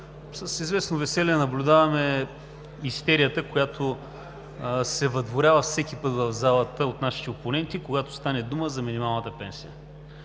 С известно веселие наблюдаваме истерията, която се въдворява всеки път в залата от нашите опоненти, когато става дума за минималната пенсия.